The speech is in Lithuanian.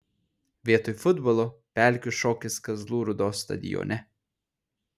vietoj futbolo pelkių šokis kazlų rūdos stadione